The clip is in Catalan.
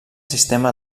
sistema